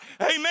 Amen